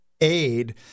aid—